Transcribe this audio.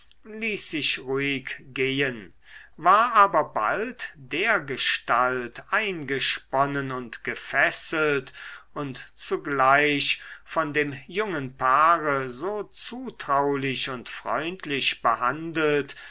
sich ruhig gehen war aber bald dergestalt eingesponnen und gefesselt und zugleich von dem jungen paare so zutraulich und freundlich behandelt